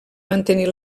mantenir